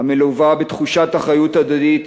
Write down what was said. המלווה בתחושת אחריות הדדית,